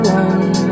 one